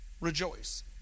rejoice